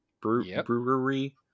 Brewery